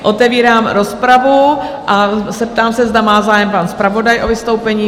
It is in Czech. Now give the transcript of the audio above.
Otevírám rozpravu a zeptám se, zda má zájem pan zpravodaj o vystoupení?